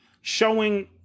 showing